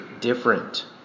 different